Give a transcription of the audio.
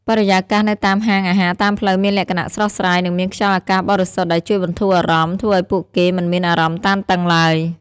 បរិយាកាសនៅតាមហាងអាហារតាមផ្លូវមានលក្ខណៈស្រស់ស្រាយ និងមានខ្យល់អាកាសបរិសុទ្ធដែលជួយបន្ធូរអារម្មណ៍ ធ្វើឲ្យពួកគេមិនមានអារម្មណ៍តានតឹងឡើយ។